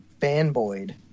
fanboyed